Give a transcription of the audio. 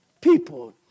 people